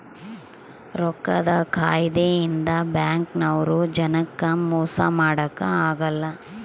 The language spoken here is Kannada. ರೊಕ್ಕದ್ ಕಾಯಿದೆ ಇಂದ ಬ್ಯಾಂಕ್ ನವ್ರು ಜನಕ್ ಮೊಸ ಮಾಡಕ ಅಗಲ್ಲ